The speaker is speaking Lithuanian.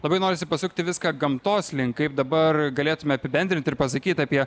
labai norisi pasukti viską gamtos link kaip dabar galėtume apibendrint ir pasakyt apie